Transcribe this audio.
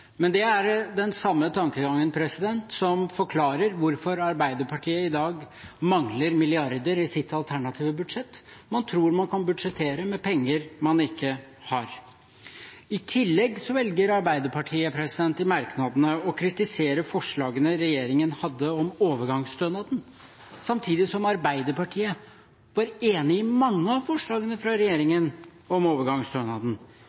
Det er den samme tankegangen som forklarer hvorfor Arbeiderpartiet i dag mangler milliarder i sitt alternative budsjett. Man tror man kan budsjettere med penger man ikke har. I tillegg velger Arbeiderpartiet i merknadene å kritisere forslagene regjeringen hadde om overgangsstønaden, samtidig som Arbeiderpartiet var enig i mange av forslagene fra regjeringen om overgangsstønaden.